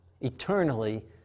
eternally